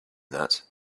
that